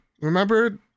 Remember